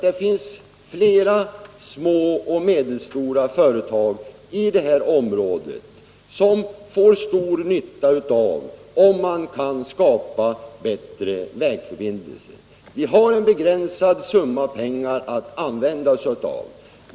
Det finns flera små och medelstora företag i detta område som får stor nytta av bättre vägförbindelser. Vi har en begränsad summa pengar att använda.